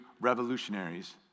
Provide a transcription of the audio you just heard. revolutionaries